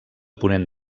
ponent